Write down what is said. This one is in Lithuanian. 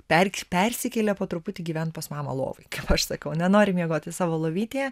perk persikėlė po truputį gyvent pas mamą lovoj kaip aš sakau nenori miegoti savo lovytėje